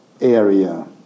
area